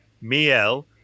miel